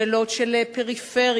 שאלות של פריפריה,